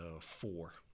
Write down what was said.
four